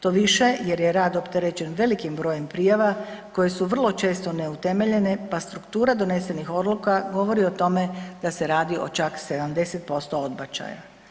To više jer je rad opterećen velikim brojem prijava koje su vrlo često neutemeljene pa struktura donesenih odluka govori o tome da se radi o čak 70% odbačaja.